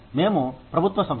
మేము ప్రభుత్వ సంస్థ